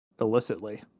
Illicitly